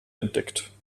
entdeckt